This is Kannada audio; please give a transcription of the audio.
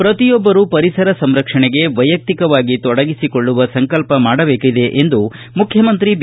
ಪ್ರತಿಯೊಬ್ಬರು ಪರಿಸರ ಸಂರಕ್ಷಣೆಗೆ ವೈಯಕ್ತಿಕವಾಗಿ ತೊಡಗಿಸಿಕೊಳ್ಳುವ ಸಂಕಲ್ಪ ಮಾಡಬೇಕಾಗಿದೆ ಎಂದು ಮುಖ್ಯಮಂತ್ರಿ ಬಿ